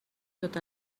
tot